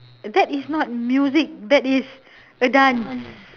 that is not music that is a dance